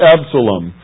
Absalom